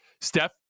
Steph